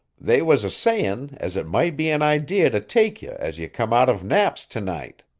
they was a-sayin' as it might be an idee to take ye as you come out of knapp's to-night.